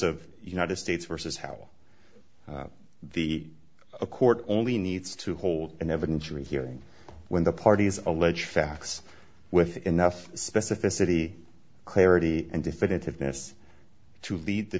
of united states versus how the a court only needs to hold an evidence rehearing when the parties allege facts with enough specificity clarity and definitiveness to lead the